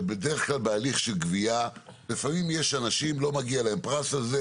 שבדרך כלל בהליך של גבייה לפעמים יש אנשים שלא מגיע להם פרס על זה